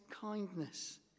kindness